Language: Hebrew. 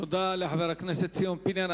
תודה לחבר הכנסת ציון פיניאן.